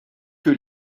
que